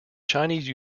chinese